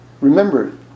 remember